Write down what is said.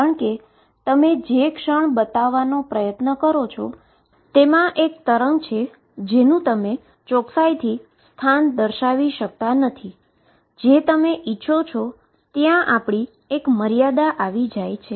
કારણ કે તમે જે ક્ષણ બતાવવાનો પ્રયત્ન કરો છો તેમાં એક વેવ છે જેનુ તમે ચોકસાઈથી સ્થાન દર્શાવી શકતા નથી જેની તમે ઇચ્છો ત્યાં મર્યાદા છે